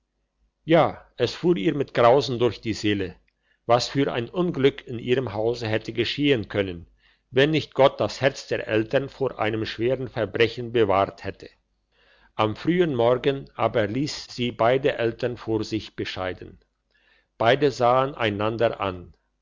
ja es fuhr ihr mit grausen durch die seele was für ein unglück in ihrem hause hätte geschehen können wenn nicht gott das herz der eltern vor einem schweren verbrechen bewahrt hätte am frühen morgen aber liess sie beide eltern vor sich bescheiden beide sahen einander an